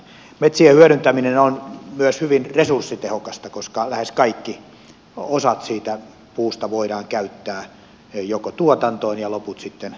metsien hyödyntäminen on myös hyvin resurssitehokasta koska lähes kaikki osat siitä puusta voidaan käyttää joko tuotantoon tai loput sitten energiantuotantoon